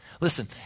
Listen